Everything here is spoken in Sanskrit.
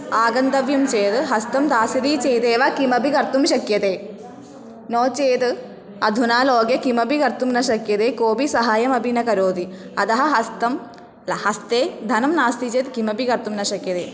आगन्तव्यं चेद् हस्ते दास्यति चेदेव किमपि कर्तुं शक्यते नो चेद् अधुना लोके किमपि कर्तुं न शक्यते कोऽपि सहाय्यमपि न करोति अतः हस्ते ल हस्ते धनं नास्ति चेत् किमपि कर्तुं न शक्यते